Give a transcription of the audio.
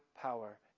power